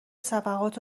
صفحات